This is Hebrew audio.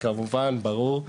כמובן ברור.